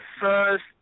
first